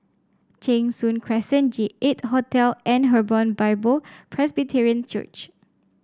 Cheng Soon Crescent J eight Hotel and Hebron Bible Presbyterian Church